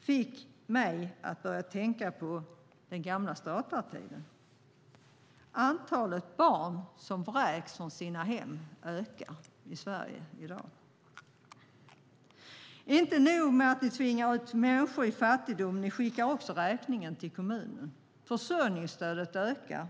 fick mig att börja tänka på den gamla statartiden. Antalet barn som vräks från sina hem ökar i Sverige i dag. Det är inte nog med att ni tvingar ut människor i fattigdom, utan ni skickar också räkningen till kommunerna. Försörjningsstödet ökar.